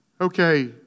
Okay